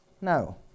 No